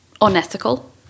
unethical